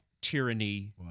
tyranny